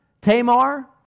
Tamar